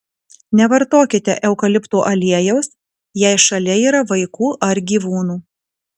nevartokite eukalipto aliejaus jei šalia yra vaikų ar gyvūnų